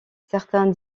certains